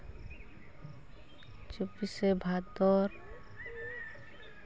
ᱪᱚᱵᱵᱤᱥᱮ ᱵᱷᱟᱫᱚᱨ